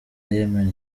yemen